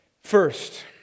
First